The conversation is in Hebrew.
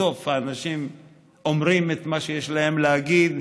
בסוף האנשים אומרים את מה שיש להם להגיד.